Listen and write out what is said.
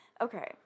okay